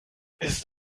ist